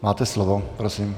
Máte slovo, prosím.